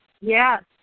yes